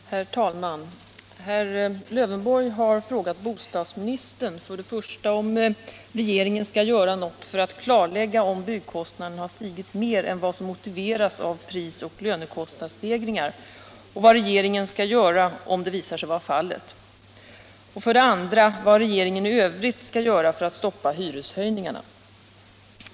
Herr talman! Herr Lövenborg har frågat bostadsministern 1. om regeringen skall göra något för att klarlägga om byggkostnaderna har stigit mer än vad som motiveras av prisoch lönekostnadsstegringar och vad regeringen skall göra om det visar sig vara fallet; 2. vad regeringen i övrigt skall göra för att stoppa hyreshöjningar.